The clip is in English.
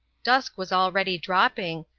dusk was already dropping,